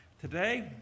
today